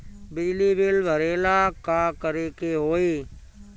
बिजली बिल भरेला का करे के होई?